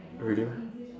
really